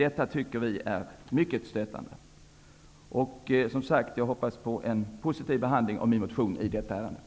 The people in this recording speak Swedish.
Detta tycker vi är mycket stötande. Jag hoppas som sagt på en positiv behandling av min motion i detta ärende.